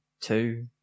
two